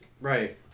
Right